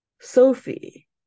Sophie